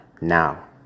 Now